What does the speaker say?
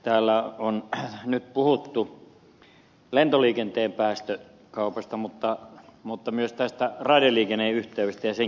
täällä on nyt puhuttu lentoliikenteen päästökaupasta mutta myös raideliikenneyhteydestä ja sen kehittämisestä